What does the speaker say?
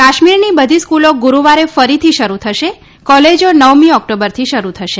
કાશ્મીરની બધી સ્ફ્રલો ગુરૂવારે ફરીથી શરૂ થશે કોલેજા નવમી ઓક્ટોબરથી શરૂ થશે